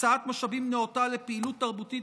הקצאת משאבים נאותה לפעילות תרבותית